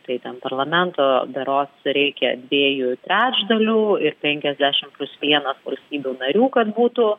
tai ten parlamento berods reikia dviejų trečdalių ir penkiasdešim plius vienas valstybių narių kad būtų